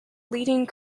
leading